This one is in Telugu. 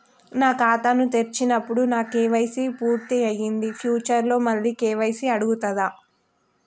నేను ఖాతాను తెరిచినప్పుడు నా కే.వై.సీ పూర్తి అయ్యింది ఫ్యూచర్ లో మళ్ళీ కే.వై.సీ అడుగుతదా?